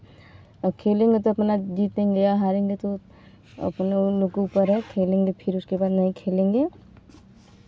और खेलेंगे तो अपना जीतेंगे या हारेंगे तो अपनो उन लोगों के ऊपर है खेलेंगे फिर उसके बाद नहीं खेलेंगे